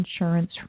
insurance